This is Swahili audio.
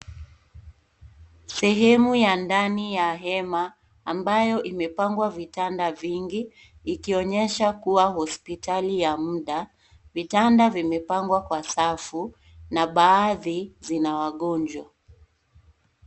Sehemu ya ndani ya hema ambayo imepangwa vitanda vingi ikionyesha kuwa hospitali ya mda. Vitanda vimepangwa kwa safu na baadhi zina wagonjwa.